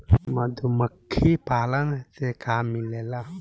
मधुमखी पालन से का मिलेला?